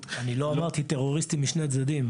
--- אני לא אמרתי "טרוריסטים משני הצדדים".